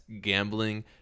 gambling